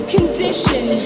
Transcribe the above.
Condition